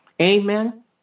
Amen